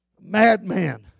madman